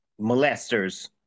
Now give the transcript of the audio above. molesters